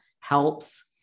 helps